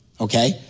okay